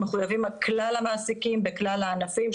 מחויבים כלל המעסיקים בכלל הענפים,